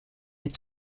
die